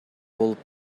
болуп